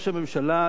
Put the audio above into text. לדעתך,